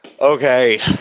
Okay